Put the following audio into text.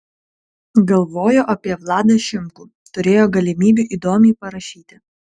galvojo apie vladą šimkų turėjo galimybių įdomiai parašyti